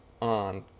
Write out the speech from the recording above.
on